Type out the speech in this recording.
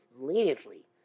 leniently